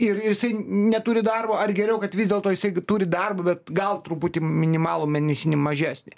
ir jisai neturi darbo ar geriau kad vis dėlto jisai turi darbą bet gal truputį minimalų mėnesinį mažesnį